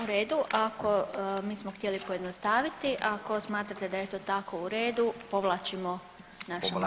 U redu ako, mi smo htjeli pojednostaviti, ako smatrate da je to tako u redu povlačimo naš amandman.